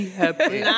happy